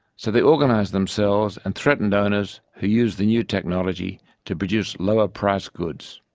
so they organised themselves and threatened owners who used the new technology to produce lower priced goods.